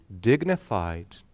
dignified